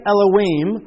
Elohim